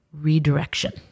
redirection